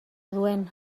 duen